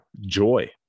Joy